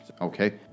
Okay